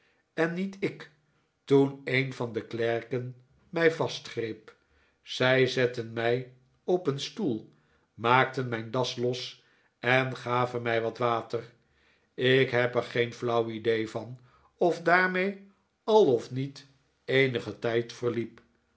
en niet ik toen een van de klerken mij vastgreep zij zetten mij op een stoel maakten mijn das los en gaven mij wat water ik heb er geen flauw idee van of daarmee al of niet eenige tijd verliep